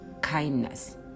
Kindness